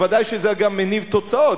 ודאי שזה גם מניב תוצאות,